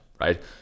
right